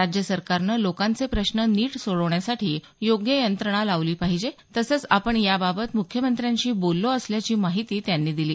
राज्य सरकारनं लोकांचे प्रश्न नीट सोडवण्यासाठी योग्य यंत्रणा लावली पाहिजे तसंच आपण याबाबत मुख्यमंत्र्यांशी बोललो असल्याची माहिती त्यांनी दिली